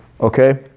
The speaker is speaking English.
Okay